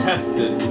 Tested